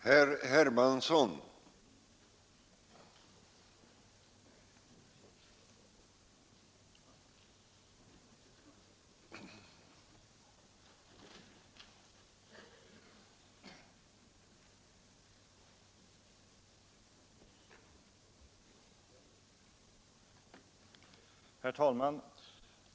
Herr talman!